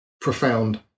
profound